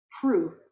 proof